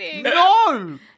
No